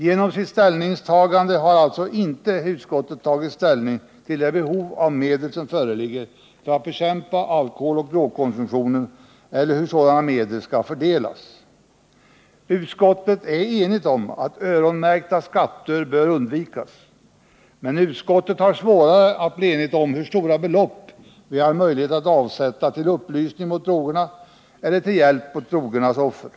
Genom sitt ställningstagande har utskottet alltså inte tagit ställning till det behov av medel som föreligger för att bekämpa alkoholoch drogkonsumtionen eller till hur sådana medel skall fördelas. Utskottet är enigt om att öronmärkta skatter bör undvikas, men utskottet har svårare att bli enigt om hur stora belopp vi har möjlighet att avsätta till upplysning när det gäller drogerna eller till hjälp åt drogernas offer.